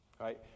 Right